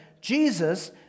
Jesus